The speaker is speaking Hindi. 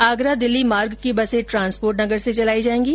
आगरा दिल्ली मार्ग की बसें ट्रांसपोर्ट नगर से चलायी जाएंगी